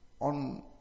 on